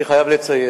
אני חייב לציין.